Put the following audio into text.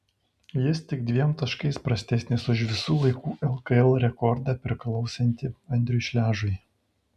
jis tik dviem taškais prastesnis už visų laikų lkl rekordą priklausantį andriui šležui